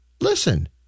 Listen